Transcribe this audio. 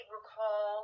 recall